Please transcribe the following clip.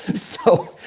so